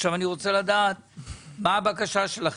עכשיו אני רוצה לדעת מה הבקשה שלכם,